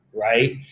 Right